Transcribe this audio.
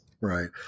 Right